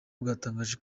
bwatangaje